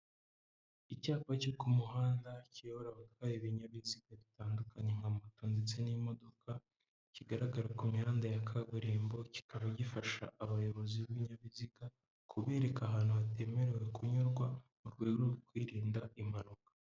Icyapa cyo ku muhanda kiyobora abatwaye ibinyabiziga bitandukanye nka moto ndetse n'imodoka, kigaragara ku mihanda ya kaburimbo, kikaba gifasha abayobozi b'ibinyabiziga kubereka ahantu hatemerewe kunyurwa mu rwego rwo kwirinda impanuka.